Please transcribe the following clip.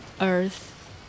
Earth